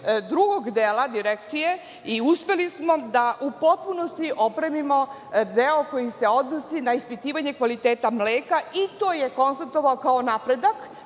drugog dela Direkcije i uspeli smo da u potpunosti opremimo deo koji se odnosi na ispitivanje kvaliteta mleka, i to je konstatovano kao napredak